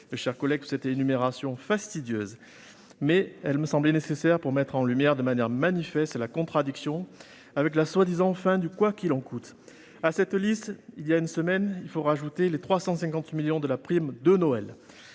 mes chers collègues, pour cette énumération fastidieuse, mais elle me semblait nécessaire pour mettre en lumière, de manière manifeste, la contradiction avec la prétendue fin du « quoi qu'il en coûte »! À cette liste, je pourrais ajouter l'annonce, il y a une semaine, de 350 millions d'euros de prime de Noël.